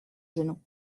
genoux